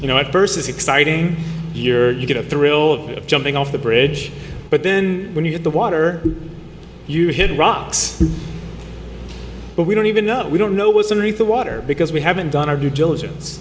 you know at first is exciting you're get a thrill of jumping off the bridge but then when you hit the water you hit rocks but we don't even know we don't know what's underneath the water because we haven't done our due diligence